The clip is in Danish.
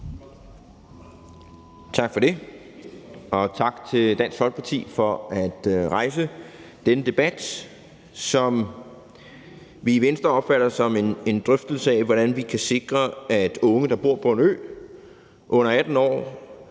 Tak for det, og tak til Dansk Folkeparti for at rejse denne debat, som vi i Venstre opfatter som en drøftelse af, hvordan vi kan sikre, at unge under 18 år,